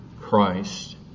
Christ